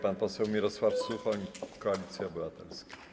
Pan poseł Mirosław Suchoń, Koalicja Obywatelska.